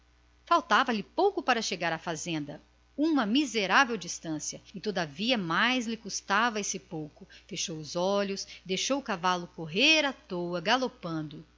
faltava já para chegar à fazenda muito pouco uma miserável distância e contudo mais lhe custava esse pouco do que todo o resto da viagem fechou os olhos e deixou que o cavalo corresse à toa galopando